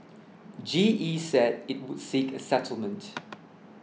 G E said it would seek a settlement